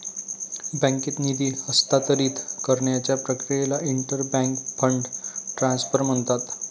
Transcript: बँकेत निधी हस्तांतरित करण्याच्या प्रक्रियेला इंटर बँक फंड ट्रान्सफर म्हणतात